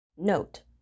note